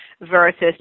versus